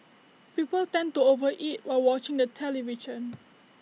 people tend to over eat while watching the television